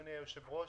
אדוני היושב-ראש,